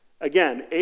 Again